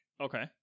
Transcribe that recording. Okay